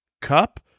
Cup